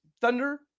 Thunder